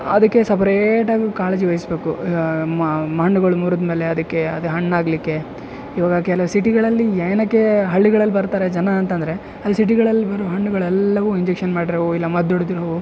ಅದಕ್ಕೆ ಸಪರೇಟಾಗಿ ಕಾಳಜಿವಹಿಸಬೇಕು ಮಣ್ಣುಗಳು ಮುರುದ ಮೇಲೆ ಅದಕ್ಕೆ ಅದೇ ಹಣ್ಣು ಆಗಲಿಕ್ಕೆ ಇವಾಗ ಕೆಲವು ಸಿಟಿಗಳಲ್ಲಿ ಏನಕ್ಕೆ ಹಳ್ಳಿಗಳಲ್ಲಿ ಬರ್ತಾರೆ ಜನ ಅಂತಂದರೆ ಅಲ್ಲಿ ಸಿಟಿಗಳಲ್ ಬರೋ ಹಣ್ಣುಗಳೆಲ್ಲವು ಇಂಜೆಕ್ಷನ್ ಮಾಡಿರವು ಇಲ್ಲ ಮದ್ ಹೊಡ್ದಿರವು